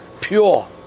pure